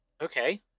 Okay